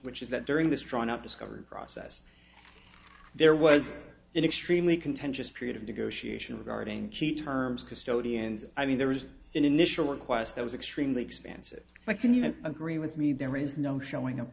which is that during this drawn up discovery process there was an extremely contentious period of negotiation regarding key terms custodians i mean there was an initial request that was extremely expensive but can you agree with me there is no showing